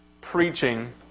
preaching